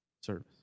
Service